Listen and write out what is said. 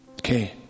Okay